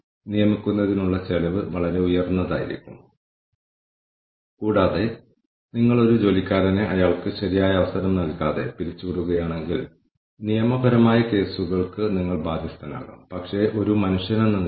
പക്ഷേ അത് നിലവിലില്ലെങ്കിൽ നിലവിലുള്ള ഉപഭോക്തൃ അടിത്തറയുമായി പൊരുത്തപ്പെടുകയും നമ്മൾക്ക് ഉൽപ്പാദിപ്പിക്കാനോ നൽകാനോ കഴിയുന്നതെന്തും വാങ്ങാൻ കഴിയുന്ന പരമാവധി ഉപഭോക്താക്കളെ ലഭിക്കുന്ന തരത്തിൽ ഓഫറുകൾ പരിഷ്കരിക്കുകയും ചെയ്യേണ്ടി വന്നേക്കാം